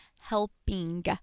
helping